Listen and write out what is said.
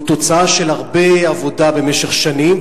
והוא תוצאה של הרבה עבודה במשך שנים,